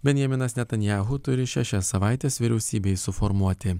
benjaminas netanyahu turi šešias savaites vyriausybei suformuoti